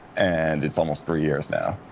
and it's almost three years now.